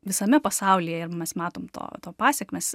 visame pasaulyje ir mes matom to to pasekmes